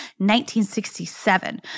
1967